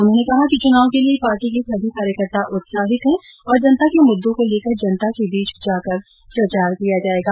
उन्होंने कहा कि चुनाव के लिए पार्टी के सभी कार्यकर्ता उत्साहित हैं तथा जनता के मुद्दों को लेकर जनता के बीच जाकर प्रचार किया जायेगा